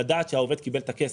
לדעת שהעובד קיבל את הכסף,